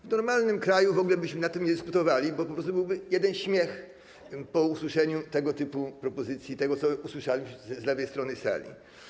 W normalnym kraju w ogóle byśmy nad tym nie dyskutowali, bo po prostu byłby jeden śmiech po usłyszeniu tego typu propozycji - tego, co usłyszałem z lewej strony sali.